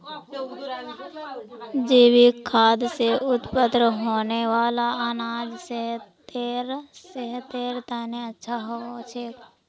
जैविक खाद से उत्पन्न होने वाला अनाज सेहतेर तने अच्छा होछे